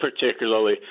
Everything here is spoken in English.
particularly